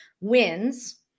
wins